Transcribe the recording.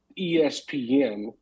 ESPN